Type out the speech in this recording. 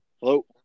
Hello